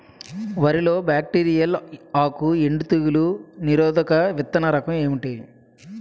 వరి లో బ్యాక్టీరియల్ ఆకు ఎండు తెగులు నిరోధక విత్తన రకం ఏంటి?